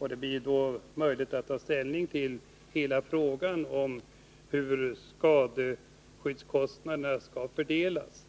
år. Det blir då möjligt att ta ställning till hela frågan om hur skadeskyddskostnaderna skall fördelas.